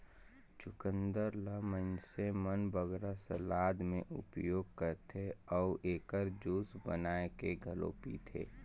चुकंदर ल मइनसे मन बगरा सलाद में उपयोग करथे अउ एकर जूस बनाए के घलो पीथें